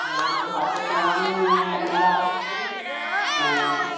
হ্যাঁ একটু হাতে সময় নিয়ে আপনারা আসবেন হ্যাঁ